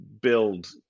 build